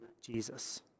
jesus